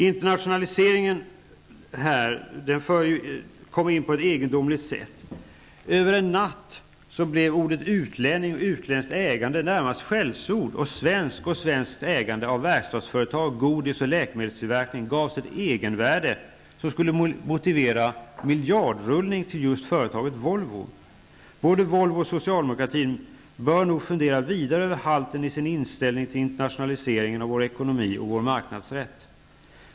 Internationaliseringen för mig in på en annan aspekt av affären: Över en natt blev ''utlänning'' och ''utländskt ägande'' närmast skällsord, och ''svensk'' och ''svenskt ägande'' av verkstadsföretag, godis och läkemedelstillverkning gavs ett egenvärde som skulle motivera miljardrullning till just företaget Volvo. Både Volvo och socialdemokratin bör nog fundera vidare över halten i sin inställning till internationaliseringen av vår ekonomi och vår marknadsrätt.